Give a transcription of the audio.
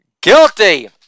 guilty